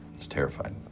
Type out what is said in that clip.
was terrified.